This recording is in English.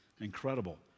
Incredible